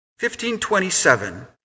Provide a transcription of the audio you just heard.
1527